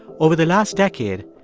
over the last decade,